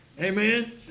Amen